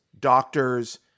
doctors